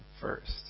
first